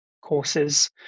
courses